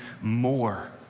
more